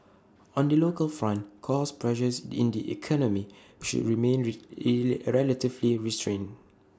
on the local front cost pressures in the economy should remain relatively restrained